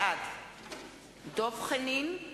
בעד דב חנין,